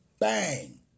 Bang